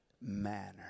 manner